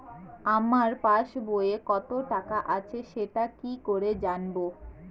আমার পাসবইয়ে কত টাকা আছে সেটা কি করে জানবো?